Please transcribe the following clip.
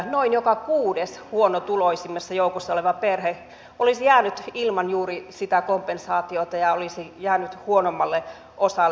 noin joka kuudes huonotuloisimmassa joukossa oleva perhe olisi jäänyt ilman juuri sitä kompensaatiota ja huonommalle osalle